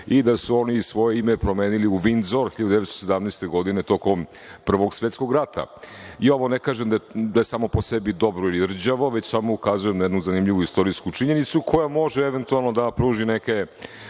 i da su oni svoje ime promenili u Vindzor 1917. godine tokom Prvog svetskog rata. Ja ovo ne kažem da je samo po sebi dobro ili rđavo, već samo ukazujem na jednu zanimljivu istorijsku činjenicu koja može, eventualno, da pruži neke